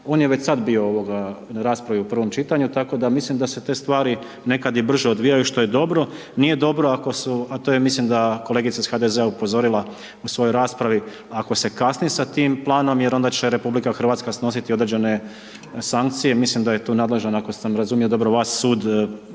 on je već sad bio na raspravi u prvom čitanju, tako da mislim da se te stvari nekad i brže odvijaju što je dobro, nije dobro ako su, a to je mislim da je kolegica iz HDZ-a upozorila u svojoj raspravi ako se kasni sa tim planom jer onda će RH snositi određene sankcije i mislim da je tu nadležan, ako sam razumio dobro vas, sud EU.